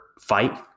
fight